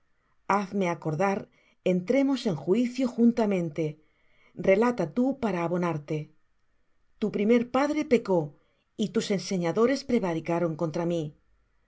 hazme acordar entremos en juicio juntamente relata tú para abonarte tu primer padre pecó y tus enseñadores prevaricaron contra mí